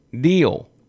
deal